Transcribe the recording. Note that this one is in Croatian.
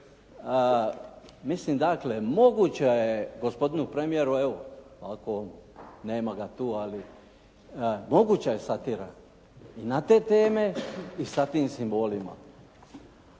Mislim dakle, moguća je gospodinu premijeru, evo ako nema ga tu, ali moguća je satira i na te teme i sa tim simbolima.